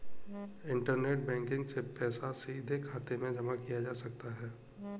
internet banking से पैसा सीधे खाते में जमा किया जा सकता है